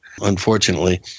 Unfortunately